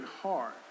hard